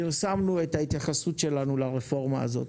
פרסמנו את ההתייחסות שלנו לרפורמה הזאת.